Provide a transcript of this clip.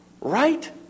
right